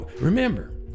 Remember